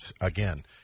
again